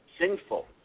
sinful